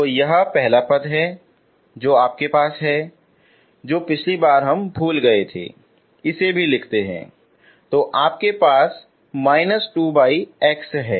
तो यह एक तो पहला पद है तो आपके पास है जो पिछली बार हुम भूल गए थे इसे भी लिखते हैं तो आपके पास −2x है